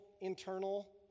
internal